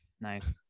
nice